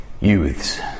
Youths